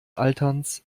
alterns